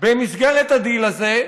במסגרת הדיל הזה,